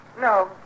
No